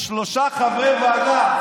שלושה חברי ועדה,